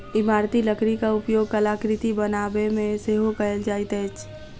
इमारती लकड़ीक उपयोग कलाकृति बनाबयमे सेहो कयल जाइत अछि